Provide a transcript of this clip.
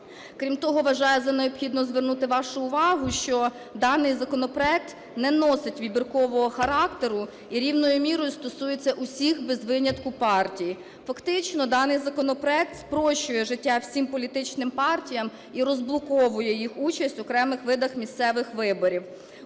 Крім того, вважаю за необхідне звернути вашу увагу, що даний законопроект не носить вибіркового характеру і рівною мірою стосується усіх без винятку партій. Фактично даний законопроект спрощує життя всім політичним партіям і розблоковує їх участь в окремих видах місцевих виборів.